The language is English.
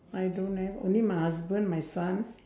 I don't have only my husband my son